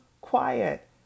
quiet